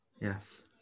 Yes